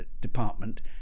department